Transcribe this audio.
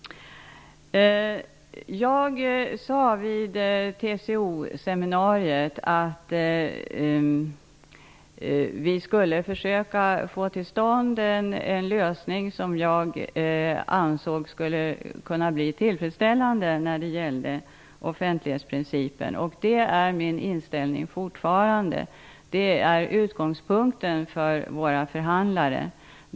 Jag sade vid TCO-seminariet att vi skulle försöka få till stånd en lösning som jag ansåg skulle vara tillfredsställande i fråga om offentlighetsprincipen. Det är fortfarande min inställning, och det är utgångspunkten för våra förhandlare.